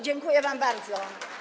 Dziękuję wam bardzo.